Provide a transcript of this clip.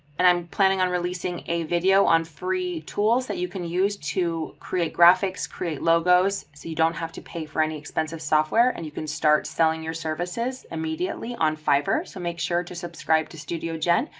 and i'm planning on releasing a video on free tools that you can use to create graphics create logos, so you don't have to pay for any expensive software and you can start selling your services immediately on fiverr. so make sure to subscribe to studio jen,